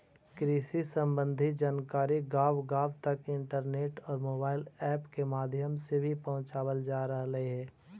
कृषि संबंधी जानकारी गांव गांव तक इंटरनेट और मोबाइल ऐप के माध्यम से भी पहुंचावल जा रहलई हे